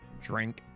Drink